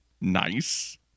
Nice